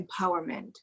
empowerment